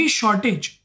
shortage